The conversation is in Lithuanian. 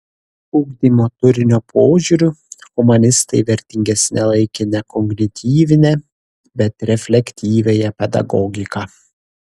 ugdymo turinio požiūriu humanistai vertingesne laikė ne kognityvinę bet reflektyviąją pedagogiką